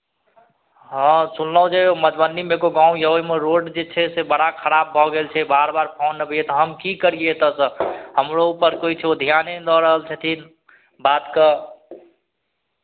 हँ सुनलहुँ जे मधुबनीमे एगो गाँव यए ओहिमे रोड जे छै से बड़ा खराब भऽ गेल छै बार बार फोन अबैए तऽ हम की करियै एतयसँ हमरो ऊपर कोइ छै ध्याने नहि दऽ रहल छथिन बातके